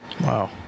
Wow